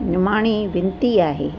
निमाणी विनती आहे